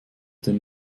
den